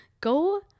go